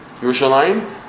Yerushalayim